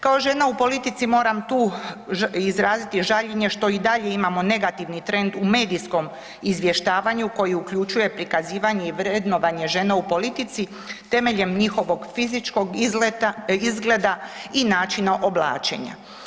Kao žena u politici moram tu izraziti žaljenje što i dalje imamo negativni trend u medijskom izvještavanju koji uključuje prikazivanje i vrednovanje žena u politici temeljem njihovog fizičkog izgleda i načina oblačenja.